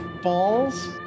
falls